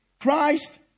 Christ